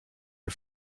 her